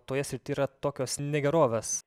toje srity yra tokios negerovės